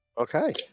Okay